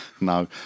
No